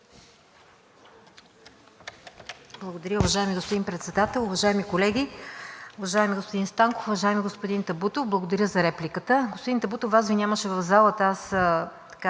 Благодаря, уважаеми господин Председател. Уважаеми колеги! Уважаеми господин Станков, уважаеми господин Табутов, благодаря за репликите. Господин Табутов, Вас Ви нямаше в залата, аз